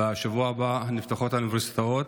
בשבוע הבא, נפתחות האוניברסיטאות,